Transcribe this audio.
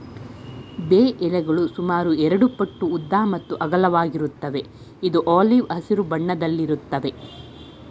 ಬೇ ಎಲೆಗಳು ಸುಮಾರು ಎರಡುಪಟ್ಟು ಉದ್ದ ಮತ್ತು ಅಗಲವಾಗಿರುತ್ವೆ ಇದು ಆಲಿವ್ ಹಸಿರು ಬಣ್ಣದಲ್ಲಿರುತ್ವೆ